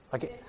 Okay